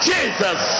Jesus